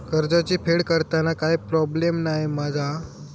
कर्जाची फेड करताना काय प्रोब्लेम नाय मा जा?